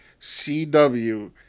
CW